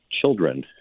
Children